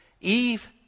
Eve